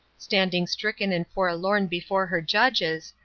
standing stricken and forlorn before her judges,